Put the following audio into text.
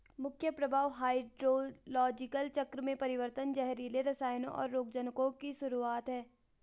मुख्य प्रभाव हाइड्रोलॉजिकल चक्र में परिवर्तन, जहरीले रसायनों, और रोगजनकों की शुरूआत हैं